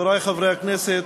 חברי חברי הכנסת,